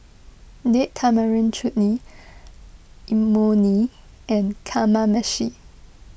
Date Tamarind Chutney Imoni and Kamameshi